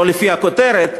לא לפי הכותרת,